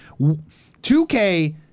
2K